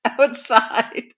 outside